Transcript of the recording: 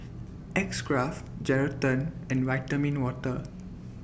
X Craft Geraldton and Vitamin Water